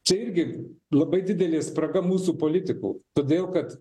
čia irgi labai didelė spraga mūsų politikų todėl kad